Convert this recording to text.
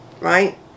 right